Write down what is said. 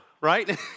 right